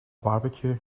barbecue